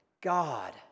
God